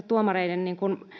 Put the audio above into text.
tuomareiden